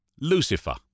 Lucifer